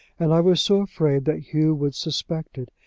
and i was so afraid that hugh would suspect it.